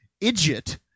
idiot